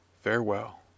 farewell